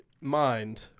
mind